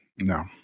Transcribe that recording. no